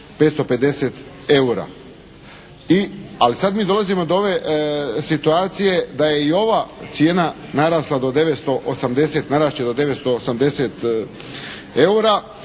550 eura. Ali sad mi dolazimo do ove situacije da je i ova cijena narasla do 980,